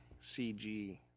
CG